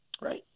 right